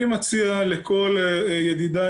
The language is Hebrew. אני מציע לכל ידידיי,